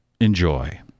Enjoy